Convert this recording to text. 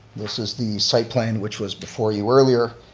this is the site plan which was before you earlier.